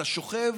אתה שוכב